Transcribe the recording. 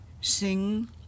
sing